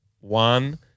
One